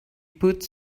put